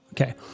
Okay